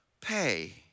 Pay